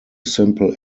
simple